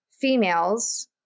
females